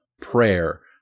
prayer